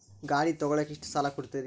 ಗಾಡಿ ತಗೋಳಾಕ್ ಎಷ್ಟ ಸಾಲ ಕೊಡ್ತೇರಿ?